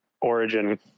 origin –